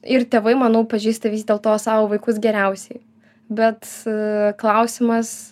ir tėvai manau pažįsta vis dėlto savo vaikus geriausiai bet klausimas